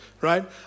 right